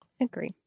Agree